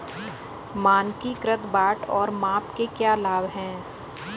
मानकीकृत बाट और माप के क्या लाभ हैं?